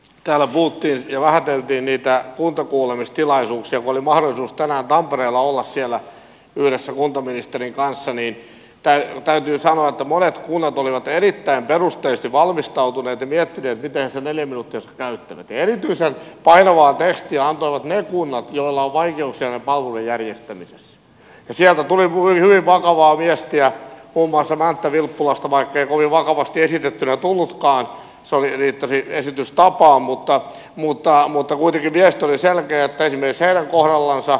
tälle muutti vähäteltiin niitä kuntakuulemistilaisuuksia oli mahdollisuus tänään tampereella olla siellä yhdessä kuntaministerin kanssa niin täällä täytyy sanoa että monet kunnat olivat erittäin perusteellista valmistautuu vetäviä levittää sen elinvuotensa täyttynyt erityisen painavaa tekstiä ovat ne kunnat joilla on vaikeuksia oli järjestänyt sieltä tulee muihin vakavaa viestiä kumosi vaatevilppulasta vaikkei kovin vakavasti esitettynä tullutkaan isoveli tosin esitystapa mutta muuta mutta voi pyrkiä toiselle käyttäytymiselle huonoon sää